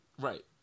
Right